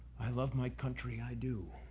i love my country i do,